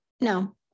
no